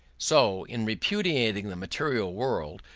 so, in repudiating the material world,